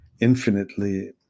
infinitely